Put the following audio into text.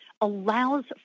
allows